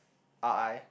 R_I